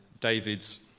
David's